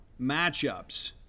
matchups